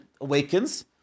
awakens